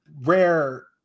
Rare